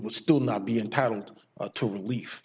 would still not be entitled to relief